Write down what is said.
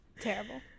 Terrible